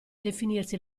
definirsi